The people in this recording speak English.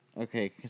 Okay